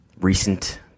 recent